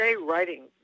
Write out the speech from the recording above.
writing